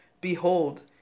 Behold